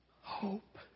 Hope